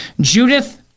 Judith